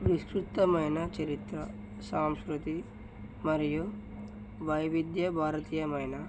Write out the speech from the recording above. విస్తృతమైన చరిత్ర సాంస్కృతి మరియు వైవిద్య భారతీయమైన